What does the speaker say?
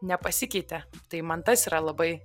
nepasikeitė tai man tas yra labai